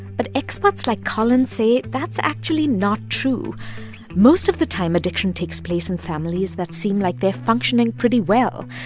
but experts like collins say that's actually not true most of the time addiction takes place in families that seem like they're functioning pretty well.